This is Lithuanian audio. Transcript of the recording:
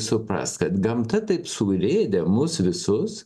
suprast kad gamta taip surėdė mus visus